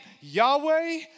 Yahweh